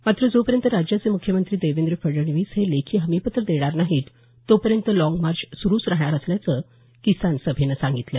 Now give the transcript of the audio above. मात्र जोपर्यंत राज्याचे मुख्यमंत्री देवेंद्र फडणवीस हे लेखी हमीपत्र देणार नाही तोपर्यंत लाँग मार्च सुरूच राहणार असल्याचं किसान सभेनं सांगितलं